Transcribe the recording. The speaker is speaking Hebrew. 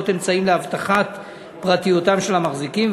אמצעים להבטחת פרטיותם של המחזיקים,